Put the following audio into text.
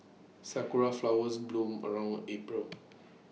Sakura Flowers bloom around April